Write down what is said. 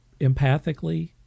empathically